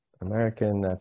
American